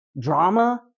drama